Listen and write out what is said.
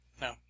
No